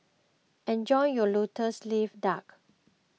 enjoy your Lotus Leaf Duck